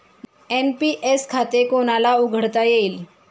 NPS खाते कोणाला उघडता येईल?